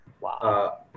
Wow